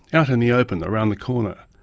out in the open around the corner.